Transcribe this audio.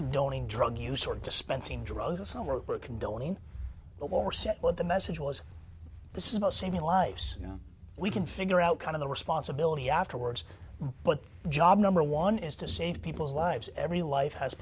condoning drug use or dispensing drugs and so we're condoning overset what the message was this is about saving a life so you know we can figure out kind of the responsibility afterwards but job number one is to save people's lives every life has